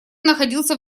находился